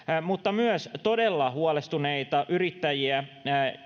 mutta myös todella huolestuneita yrittäjiä